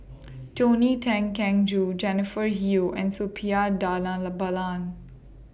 Tony Tan Keng Joo Jennifer Yeo and Suppiah Dhanabalan